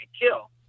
kill